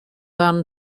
band